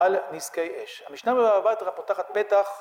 על נזקי אש. המשנה בבא בתרא פותחת פתח